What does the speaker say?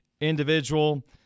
individual